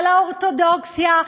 על האורתודוקסיה,